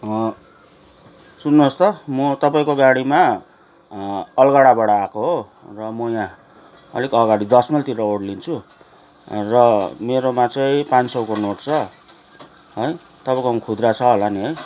सुन्नुहोस् त म तपाईँको गाडीमा अलगडाबाट आएको हो र म यहाँ अलिक अगाडि दस माइलतिर ओर्लिन्छु र मेरोमा चाहिँ पाँच सौको नोट छ है तपाईँको मा खुद्रा छ होला नि है